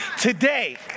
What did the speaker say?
today